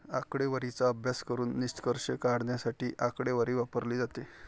आकडेवारीचा अभ्यास करून निष्कर्ष काढण्यासाठी आकडेवारी वापरली जाते